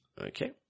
Okay